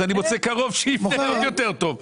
אז אני מוצא קרוב שיבנה יותר טוב.